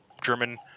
German